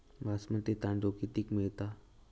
बासमती तांदूळ कितीक मिळता?